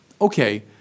Okay